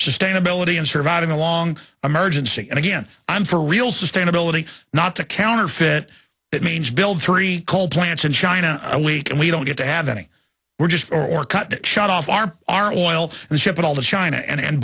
sustainability and surviving a long emergency and again i'm for real sustainability not to counterfit it means build three coal plants in china a week and we don't get to have any we're just or cut it shut off our our oil and ship it all to china and